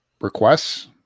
requests